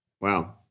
Wow